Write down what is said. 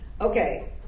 Okay